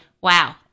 wow